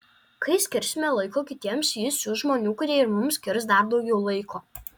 kai skirsime laiko kitiems jis siųs žmonių kurie ir mums skirs dar daugiau laiko